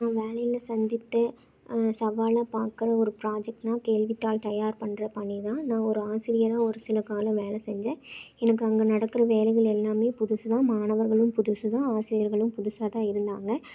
நான் வேலையில் சந்தித்த சவாலாக பார்க்கற ஒரு ப்ராஜெக்ட்னா கேள்வித்தாள் தயார்ப் பண்ணுற பணிதான் நான் ஒரு ஆசிரியராக ஒரு சில காலம் வேலை செஞ்சேன் எனக்கு அங்கே நடக்கிற வேலைகள் எல்லாம் புதுசுதான் மாணவர்களும் புதுசுதான் ஆசிரியர்களும் புதுசாக தான் இருந்தாங்க